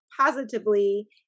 positively